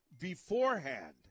beforehand